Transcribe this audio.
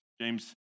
James